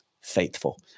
faithful